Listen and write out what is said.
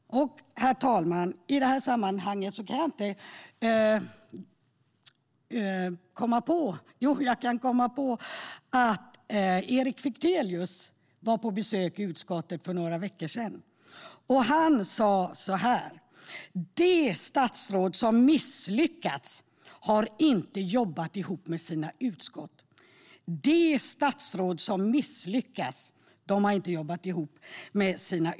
Herr talman! I detta sammanhang kommer jag att tänka på vad Erik Fichtelius sa när han senast besökte utskottet. Han sa: "De statsråd som misslyckas har inte jobbat ihop med sina utskott." Precis så är det i detta fall.